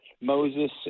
moses